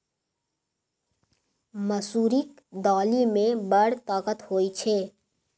मसुरीक दालि मे बड़ ताकत होए छै